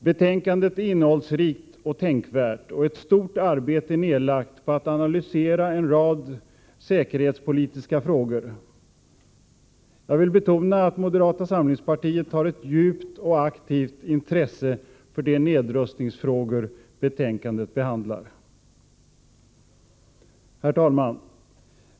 Betänkandet är innehållsrikt och tänkvärt, och ett stort arbete är nedlagt på att analysera en rad säkerhetspolitiska frågor. Jag vill betona att moderata samlingspartiet har ett djupt och aktivt intresse för de nedrustningsfrågor betänkandet behandlar. Herr talman!